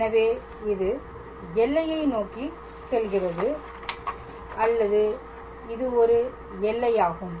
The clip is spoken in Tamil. எனவே இது எல்லையை நோக்கி செல்கிறது அல்லது இது ஒரு எல்லையாகும்